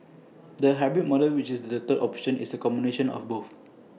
the hybrid model which is the third option is A combination of both